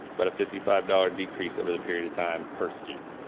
but a fifty five dollars decrease over the period of time per student.